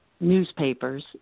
newspapers